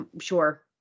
sure